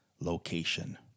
location